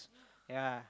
yeah